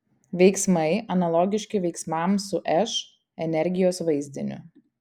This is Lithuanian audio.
veiksmai analogiški veiksmams su š energijos vaizdiniu